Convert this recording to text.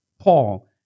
Paul